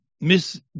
Miss